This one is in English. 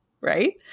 right